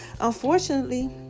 Unfortunately